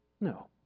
No